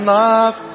love